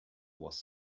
was